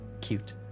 cute